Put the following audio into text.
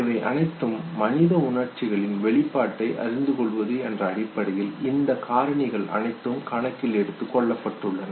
இவை அனைத்தும் மனித உணர்ச்சிகள் வெளிப்பாட்டை அறிந்து கொள்வது என்ற அடிப்படையில் இந்த காரணிகள் அனைத்தும் கணக்கில் எடுத்துக்கொள்ளப்பட்டுள்ளன